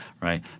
right